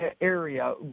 area